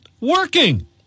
working